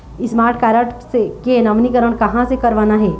Smart card के नवीनीकरण कहां से करवाना हे?